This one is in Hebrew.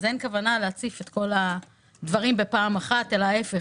אין כוונה להציף את כל הדברים בישיבה אחת אלא להיפך,